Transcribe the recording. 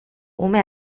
ume